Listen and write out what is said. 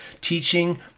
teaching